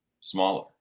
smaller